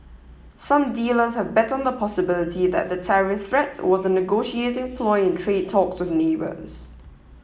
some dealers have bet on the possibility that the tariff threat was a negotiating ploy in trade talks with neighbours